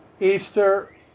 Easter